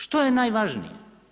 Što je najvažnije?